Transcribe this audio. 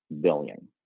billion